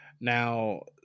Now